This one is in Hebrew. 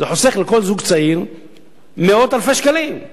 זה חוסך לכל זוג צעיר מאות אלפי שקלים.